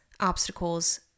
obstacles